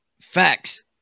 Facts